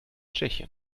tschechien